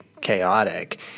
chaotic